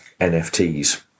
NFTs